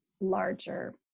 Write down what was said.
larger